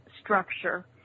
structure